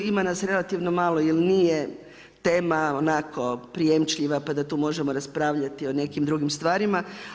Ima nas relativno malo jer nije tema onako prijemčljiva pa da tu možemo raspravljati o nekim drugim stvarima.